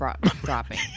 dropping